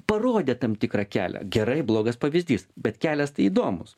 parodė tam tikrą kelią gerai blogas pavyzdys bet kelias tai įdomūs